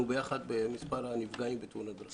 ביחד בהקטנת מספר הנפגעים בתאונות דרכים.